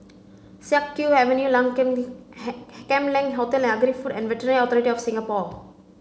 Siak Kew Avenue Leng Kam Kam Leng Hotel and Agri Food and Veterinary Authority of Singapore